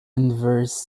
inverse